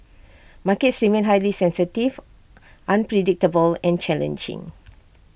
markets remain highly sensitive unpredictable and challenging